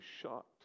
shocked